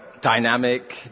dynamic